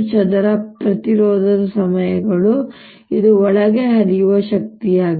I ಚದರ ಪ್ರತಿರೋಧದ ಸಮಯಗಳು ಇದು ಒಳಗೆ ಹರಿಯುವ ಶಕ್ತಿಯಾಗಿದೆ